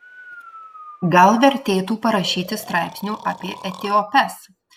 gal vertėtų parašyti straipsnių apie etiopes